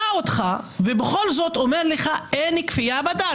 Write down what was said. יקבלו את זה כי אנחנו בכלל לא חושבים על זה,